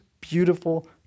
beautiful